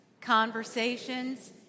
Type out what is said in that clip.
conversations